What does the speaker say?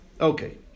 Okay